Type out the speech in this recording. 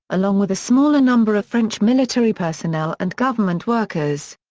along with a smaller number of french military personnel and government workers.